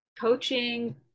coaching